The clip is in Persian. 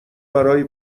برای